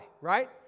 right